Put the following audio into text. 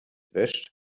wäscht